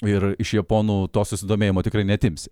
ir iš japonų to susidomėjimo tikrai neatimsi